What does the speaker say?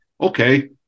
okay